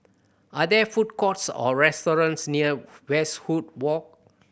are there food courts or restaurants near Westwood Walk